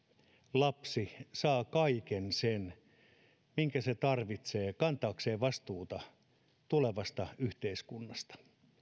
lapsi saa kaiken sen minkä tarvitsee kantaakseen vastuuta tulevasta yhteiskunnasta